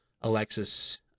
Alexis